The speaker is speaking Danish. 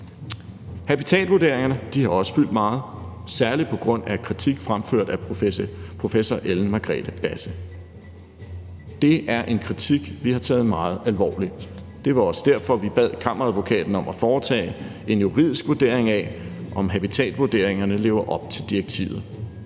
Habitatvurderingerne har også fyldt meget, særlig på grund af kritik fremført af professor Ellen Margrethe Basse. Det er en kritik, vi har taget meget alvorligt. Det var også derfor, vi bad Kammeradvokaten om at foretage en juridisk vurdering af, om habitatvurderingerne lever op til direktivet.